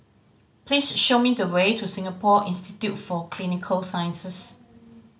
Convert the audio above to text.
please show me the way to Singapore Institute for Clinical Sciences